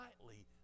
lightly